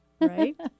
right